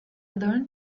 learn